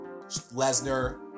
Lesnar